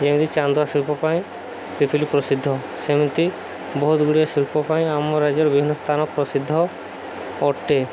ଯେମିତି ଚାନ୍ଦୁଆ ଶିଳ୍ପ ପାଇଁ ପିପିଲି ପ୍ରସିଦ୍ଧ ସେମିତି ବହୁତ ଗୁଡ଼ିଏ ଶିଳ୍ପ ପାଇଁ ଆମ ରାଜ୍ୟର ବିଭିନ୍ନ ସ୍ଥାନ ପ୍ରସିଦ୍ଧ ଅଟେ